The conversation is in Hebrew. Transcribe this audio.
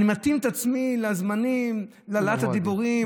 אני מתאים את עצמי לזמנים, ללהט הדיבורים.